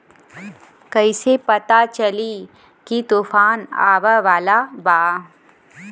कइसे पता चली की तूफान आवा वाला बा?